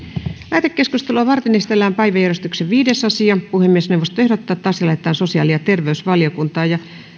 lähetekeskustelua varten esitellään päiväjärjestyksen viides asia puhemiesneuvosto ehdottaa että asia lähetetään sosiaali ja terveysvaliokuntaan